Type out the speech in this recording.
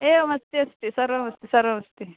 एवमस्ति अस्ति सर्वमस्ति सर्वमस्ति